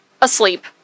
asleep